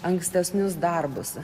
ankstesnius darbus